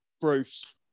Bruce